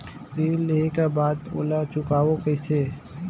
ऋण लेहें के बाद ओला चुकाबो किसे?